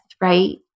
right